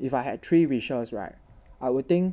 if I had three wishes right I would think